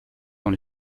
dans